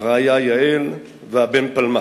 הרעיה יעל והבן פלמח.